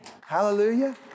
Hallelujah